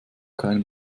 kein